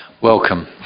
Welcome